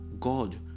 God